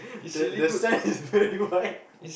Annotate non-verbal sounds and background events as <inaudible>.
the the sand is very white <laughs>